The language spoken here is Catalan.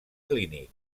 clínic